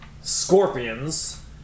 scorpions